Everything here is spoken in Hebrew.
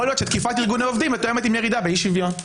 יכול להיות שתקיפת ארגוני עובדים --- לירידה באי-שוויון.